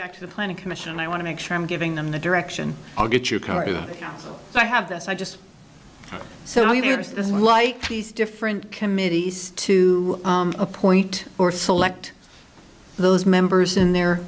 back to the planning commission and i want to make sure i'm giving them the direction i'll get your car if i have this i just so you're just like these different committees to appoint or select those members and the